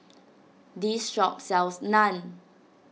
this shop sells Naan